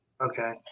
Okay